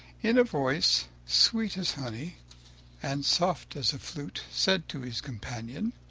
in a voice sweet as honey and soft as a flute, said to his companion